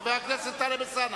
חבר הכנסת טלב אלסאנע.